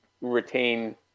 retain